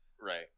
Right